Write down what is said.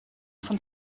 von